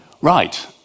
Right